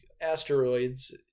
asteroids